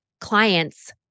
clients